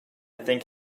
think